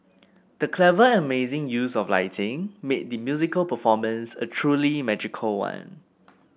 the clever and amazing use of lighting made the musical performance a truly magical one